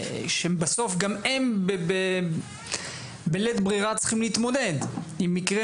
שבסוף גם הם בלית ברירה צריכים להתמודד עם מקרה